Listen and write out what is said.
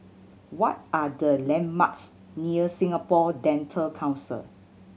what are the landmarks near Singapore Dental Council